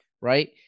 right